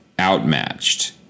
outmatched